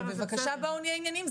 אבל בבקשה בואו נהיה ענייניים,